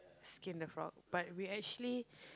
skin the frog but we actually